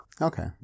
Okay